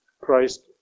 Christ